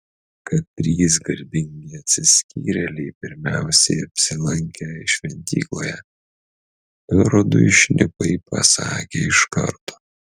kad trys garbingi atsiskyrėliai pirmiausiai apsilankė šventykloje erodui šnipai pasakė iš karto